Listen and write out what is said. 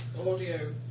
audio